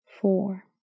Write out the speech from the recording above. four